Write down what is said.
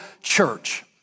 church